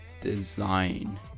Design